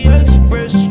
express